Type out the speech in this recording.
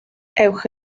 ewch